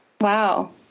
Wow